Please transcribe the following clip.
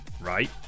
right